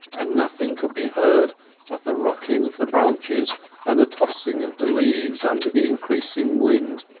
and nothing could be heard but the rocking of the branches and the tossing of the leaves under the increasing wind,